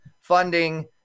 funding